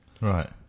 Right